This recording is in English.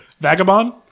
Vagabond